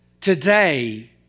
today